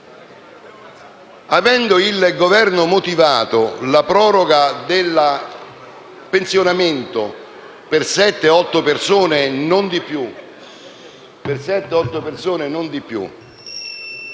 avendo il Governo motivato la proroga del pensionamento per sette o otto persone, non di più,